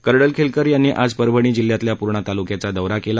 करडखेलकर यांनी आज परभणी जिल्ह्यातल्या पूर्णा ताल्क्याचा दौरा केला